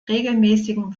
regelmäßigen